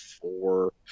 four